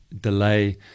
delay